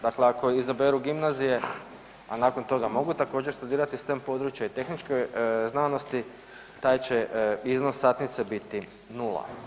Dakle, ako izaberu gimnazije, a nakon toga mogu također studirati stem područja i tehničke znanosti taj će iznos satnice biti nula.